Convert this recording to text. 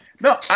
No